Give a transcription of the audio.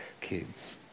kids